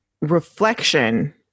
reflection